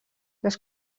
les